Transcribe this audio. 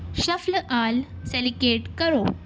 shuffle all select کرو